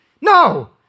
No